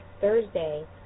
thursday